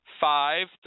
five